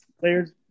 Players